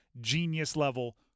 genius-level